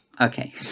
Okay